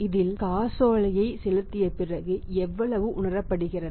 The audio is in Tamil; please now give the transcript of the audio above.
இதில் காசோலையை செலுத்திய பிறகு எவ்வளவு உணரப்படுகிறது